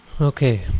Okay